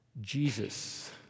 Jesus